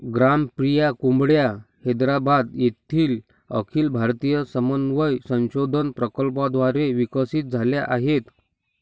ग्रामप्रिया कोंबड्या हैदराबाद येथील अखिल भारतीय समन्वय संशोधन प्रकल्पाद्वारे विकसित झाल्या आहेत